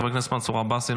חבר הכנסת מנסור עבאס,